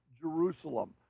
Jerusalem